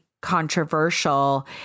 controversial